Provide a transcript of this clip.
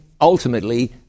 ultimately